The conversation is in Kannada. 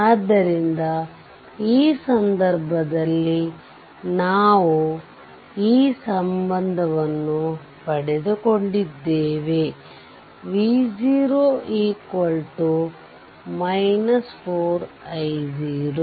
ಆದ್ದರಿಂದ ಈ ಸಂದರ್ಭದಲ್ಲಿ ನಾವು ಈ ಸಂಬಂಧವನ್ನು ಪಡೆದುಕೊಂಡಿದ್ದೇವೆ V0 4 i0